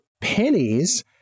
pennies